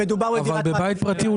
האם מדובר בדירת --- אבל בבית פרטי הוא